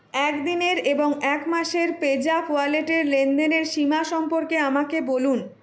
এক দিনের এবং এক মাসের পেজ্যাপ ওয়ালেটের লেনদেনের সীমা সম্পর্কে আমাকে বলুন